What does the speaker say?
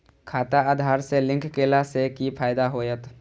खाता आधार से लिंक केला से कि फायदा होयत?